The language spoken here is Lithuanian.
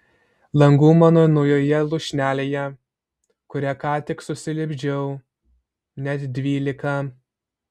langų mano naujoje lūšnelėje kurią ką tik susilipdžiau net dvylika